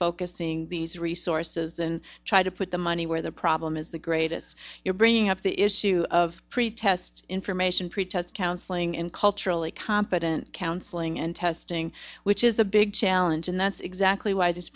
focusing these resources and try to put the money where the problem is the greatest you're bringing up the issue of pretest information pretest counselling and culturally competent counseling and testing which is a big challenge and that's exactly why these